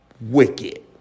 wicked